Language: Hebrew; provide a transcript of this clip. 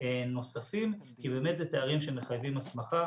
נוספים כי באמת זה תארים שמחייבים הסמכה